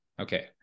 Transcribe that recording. Okay